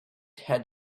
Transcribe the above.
had